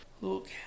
look